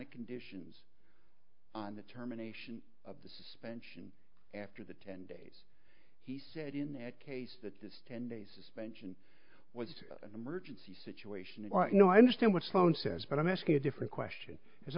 of conditions on the terminations of the suspension after the ten days he said in that case that this ten day suspension was an emergency situation and i know i understand what sloan says but i'm asking a different question because